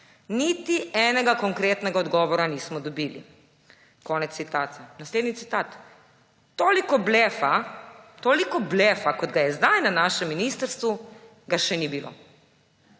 »Niti enega konkretnega odgovora nismo dobili.« Konec citata. Naslednji citat: »Toliko blefa, kot ga je zdaj na našem ministrstvu, ga še ni bilo.«